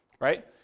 right